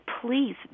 please